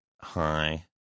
Hi